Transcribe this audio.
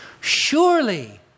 Surely